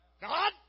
God